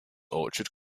orchard